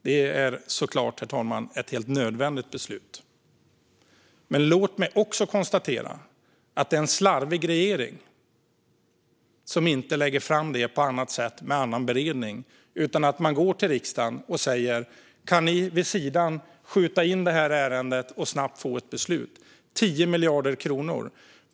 Det är såklart ett nödvändigt beslut att fatta, herr talman. Men låt mig konstatera att regeringen är slarvig då man inte lägger fram det på annat sätt och med annan beredning, utan man går till riksdagen och säger: Kan ni skjuta in det här ärendet vid sidan och fatta ett snabbt beslut?